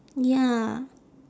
ya